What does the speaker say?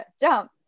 Jump